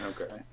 Okay